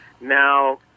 now